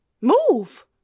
Move